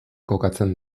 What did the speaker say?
kokatzen